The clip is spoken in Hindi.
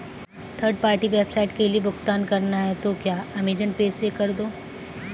थर्ड पार्टी वेबसाइट के लिए भुगतान करना है तो क्या अमेज़न पे से कर दो